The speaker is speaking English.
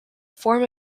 form